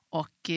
och